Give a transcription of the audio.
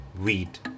Weed